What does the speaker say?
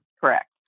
Correct